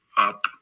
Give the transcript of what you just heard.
up